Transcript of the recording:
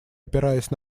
опираясь